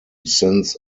since